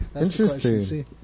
interesting